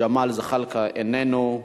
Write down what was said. ג'מאל זחאלקה, איננו,